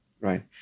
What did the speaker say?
right